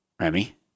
Remy